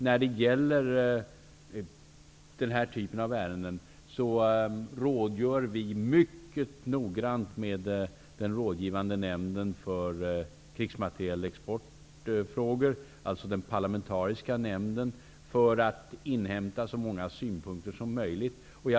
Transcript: När det gäller den här typen av ärenden rådgör vi mycket noga med den rådgivande nämnden för krigsmaterielexportfrågor, dvs. den parlamentariska nämnden, för att inhämta så många synpunker som möjligt.